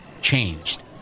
changed